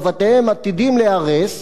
ובתיהם עתידים להיהרס,